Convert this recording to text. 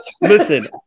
Listen